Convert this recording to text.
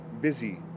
busy